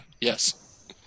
Yes